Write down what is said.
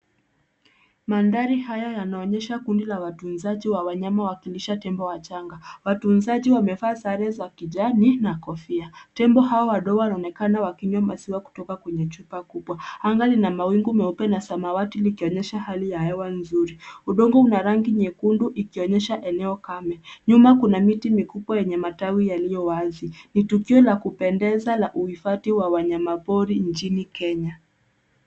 Mandhari haya yanaonyesha kundi la watunzaji wa wanyama wakilisha tembo wachanga. Watunzaji wamevaa sare za kijani na kofia. Tembo hawa wadogo wanaonekana wakinywa maziwa kutoka kwenye chupa kubwa. Anga lina mawingu meupe na samawati likionyesha hali ya hewa nzuri. Udongo una rangi nyekundu ikionyesha eneo kame. Nyuma kuna miti mikubwa yenye matawi yaliyo wazi. Ni tukio la kupendeza la uhifadhi wa wanyama pori nchini Kenya.